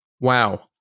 Wow